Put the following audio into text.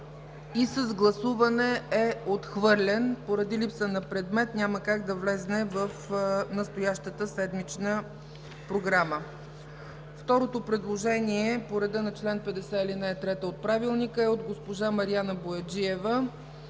и с гласуване е отхвърлен. Поради липса на предмет няма как да влезе в настоящата седмична програма. Второто предложение по реда на чл. 50, ал. 3 от Правилника е от госпожа Мариана Бояджиева